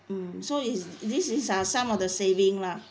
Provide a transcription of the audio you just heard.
um so is this is ah some of the saving lah